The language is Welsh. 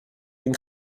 ein